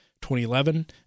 2011